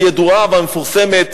הידועה והמפורסמת